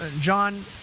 John